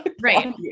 Right